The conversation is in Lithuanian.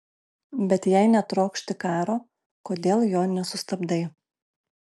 bet jei netrokšti karo kodėl jo nesustabdai